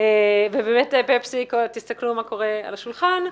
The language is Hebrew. ובאמת תסתכלו מה קורה על השולחן.